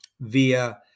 via